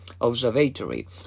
Observatory